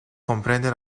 comprende